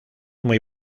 muy